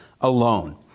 alone